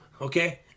okay